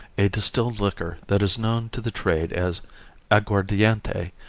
a distilled liquor that is known to the trade as aguardiente,